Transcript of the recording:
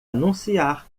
anunciar